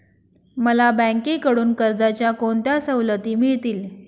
मला बँकेकडून कर्जाच्या कोणत्या सवलती मिळतील?